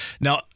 Now